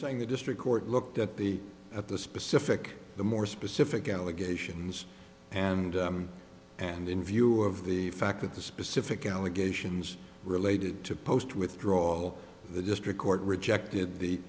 in the district court looked at the at the specific the more specific allegations and and in view of the fact that the specific allegations related to post withdrawal the district court rejected the